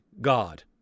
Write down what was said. God